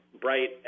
bright